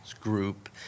group